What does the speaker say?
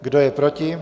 Kdo je proti?